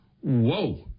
whoa